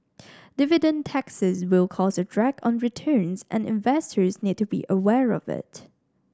dividend taxes will cause a drag on returns and investors need to be aware of it